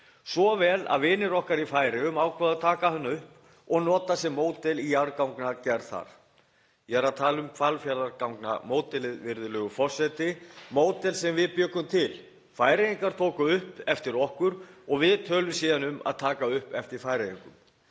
svo vel að vinir okkar í Færeyjum ákváðu að taka hana upp og nota sem módel í jarðgangagerð þar. Ég er að tala um Hvalfjarðargangamódelið, virðulegur forseti, módel sem við bjuggum til, Færeyingar tóku upp eftir okkur og við tölum síðan um að taka upp eftir Færeyingum.